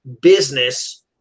business